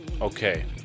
Okay